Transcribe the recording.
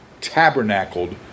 tabernacled